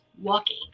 walking